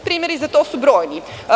Primeri za to su brojni.